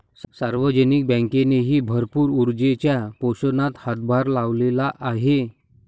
सार्वजनिक बँकेनेही भरपूर ऊर्जेच्या पोषणात हातभार लावलेला आहे